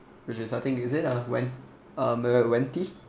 which is I think is it um ven~ venti